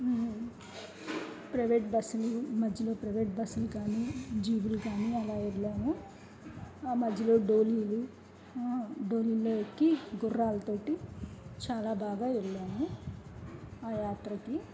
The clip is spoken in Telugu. ప్రైవేట్ బస్సులు మధ్యలో ప్రైవేట్ బస్సులు కానీ జీబులు కానీ అలా వెళ్ళాము ఆ మధ్యలో డోలీలు డోలీల్లో ఎక్కి గుర్రాలతో చాలా బాగా వెళ్ళాము ఆయాత్రకి